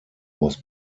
was